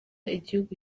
igihugu